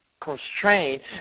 constrained